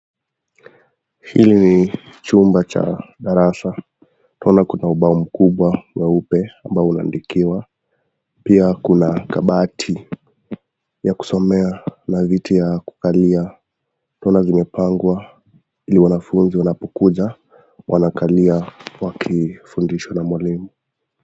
Hili ni chumba cha darasa, tunaona kuna ubao mkubwa mweupe ambao unaandikiwa, pia kuna kabati ya kusomea na viti ya kukalia, tunaona vimepangwa ili wanafunzi wanapokuja wanakalia wakifundishwa na mwalimu.